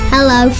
Hello